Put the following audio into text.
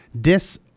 dis